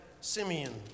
Simeon